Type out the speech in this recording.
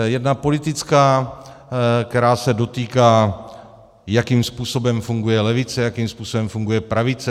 Jedna politická, která se dotýká, jakým způsobem funguje levice, jakým způsobem funguje pravice.